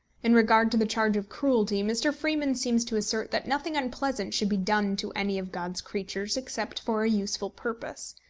in regard to the charge of cruelty, mr. freeman seems to assert that nothing unpleasant should be done to any of god's creatures except for a useful purpose.